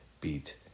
beat